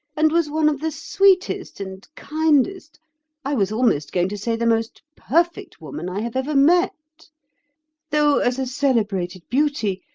and was one of the sweetest and kindest i was almost going to say the most perfect woman i have ever met though as a celebrated beauty,